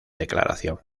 declaración